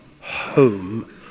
home